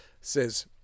says